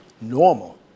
normal